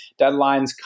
deadlines